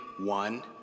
one